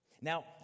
Now